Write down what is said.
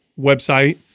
website